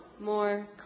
more